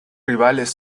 rivales